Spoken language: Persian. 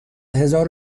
هزار